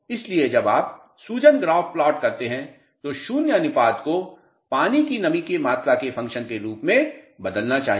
इसलिए जब आप सूजन ग्राफ प्लॉट करते हैं तो शून्य अनुपात को पदार्थ की नमी की मात्रा के फंक्शन के रूप में बदलना चाहिए